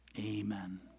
Amen